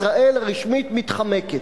ישראל הרשמית מתחמקת,